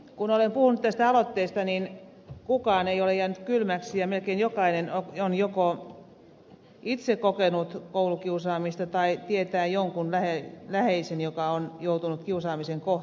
kun olen puhunut tästä aloitteesta niin kukaan ei ole jäänyt kylmäksi ja melkein jokainen on joko itse kokenut koulukiusaamista tai tietää jonkun läheisen joka on joutunut kiusaamisen kohteeksi